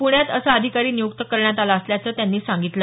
पुण्यात असा अधिकारी नियुक्त करण्यात आला असल्याचं त्यांनी सांगितलं